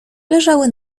leżały